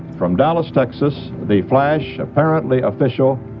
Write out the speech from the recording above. from dallas, texas, the flash apparently official,